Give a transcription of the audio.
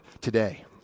today